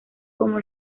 como